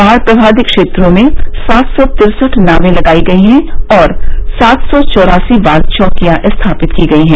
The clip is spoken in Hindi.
बाढ़ प्रभावित क्षेत्रों में सात सौ तिरसठ नावें लगाई गई है और सात सौ चौरासी बाढ़ चौकियां स्थापित की गई है